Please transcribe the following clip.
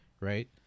right